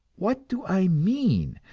what do i mean,